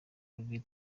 kuri